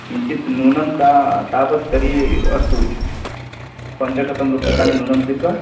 किञ्चित् न्यूनं ता तावत् तर्हि अस्तु पञ्चशतं रूप्यकाणि न्यूनं कृत्वा